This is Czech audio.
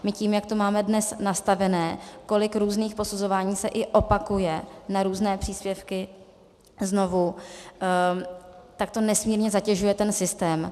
My tím, jak to máme dnes nastavené, kolik různých posuzování se i opakuje na různé příspěvky znovu, to nesmírně zatěžuje systém.